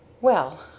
Well